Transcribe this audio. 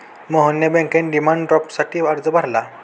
मोहनने बँकेत डिमांड ड्राफ्टसाठी अर्ज भरला